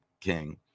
king